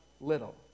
little